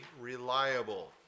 reliable